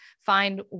find